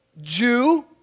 Jew